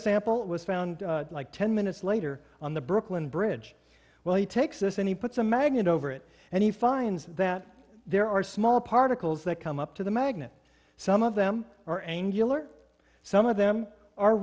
sample was found like ten minutes later on the brooklyn bridge well he takes this and he puts a magnet over it and he finds that there are small particles that come up to the magnet some of them are angular some of them are